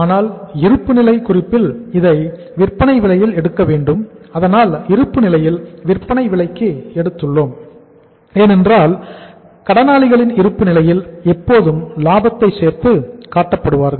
ஆனால் இருப்புநிலை குறிப்பில் அதை விற்பனை விலையில் எடுக்க வேண்டும் அதனால் இருப்பு நிலையில் விற்பனை விலைக்கு எடுத்துள்ளோம் ஏனென்றால் கடனாளிகள் இருப்பு நிலையில் எப்போதும் லாபத்தை சேர்த்து காட்டப்படுவார்கள்